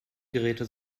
geräte